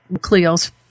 Cleo's